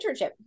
internship